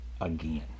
again